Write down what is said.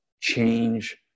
change